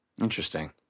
Interesting